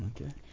Okay